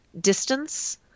distance